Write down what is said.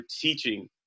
teaching –